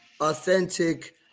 authentic